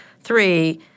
Three